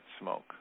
smoke